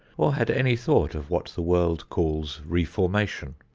or had any thought of what the world calls reformation.